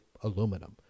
aluminum